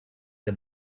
the